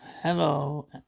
Hello